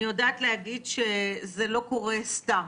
אני יודעת להגיד שזה לא קורה סתם.